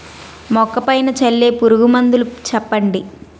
మొక్క పైన చల్లే పురుగు మందులు చెప్పండి?